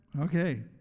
Okay